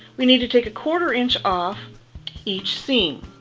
we need to take a quarter inch off each seam,